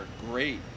great